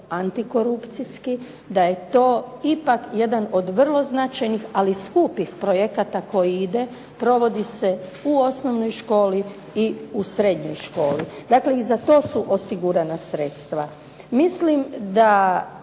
antikorupcijski, da je to ipak jedan od vrlo značajnih ali skupih projekata koji ide, provodi se u osnovnoj školi i u srednjoj školi. Dakle, i za to su osigurana sredstva. Mislim da